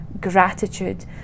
gratitude